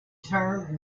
term